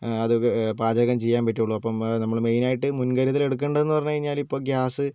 അത് പാചകം ചെയ്യാൻ പറ്റുള്ളൂ അപ്പം നമ്മൾ മെയിൻ ആയിട്ട് മുൻകരുതൽ എടുക്കേണ്ടതെന്ന് പറഞ്ഞു കഴിഞ്ഞാൽ ഇപ്പോൾ ഗ്യാസ്